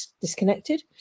disconnected